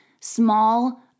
small